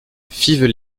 fives